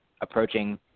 approaching